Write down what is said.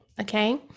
okay